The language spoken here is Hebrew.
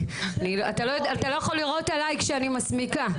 אתה לא יכול לראות עלי שאני מסמיקה.